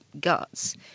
guts